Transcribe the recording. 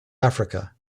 africa